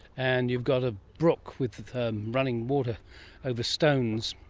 and you've got a brook with running water over stones,